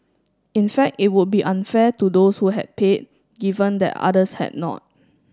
in fact it would be unfair to those who had paid given that others had not